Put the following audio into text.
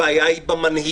הבעיה היא במנהיגות.